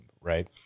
Right